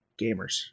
gamers